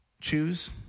Choose